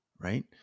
right